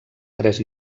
tres